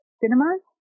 cinemas